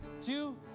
two